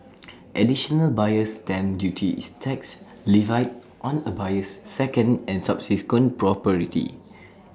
additional buyer's stamp duty is tax levied on A buyer's second and subsequent property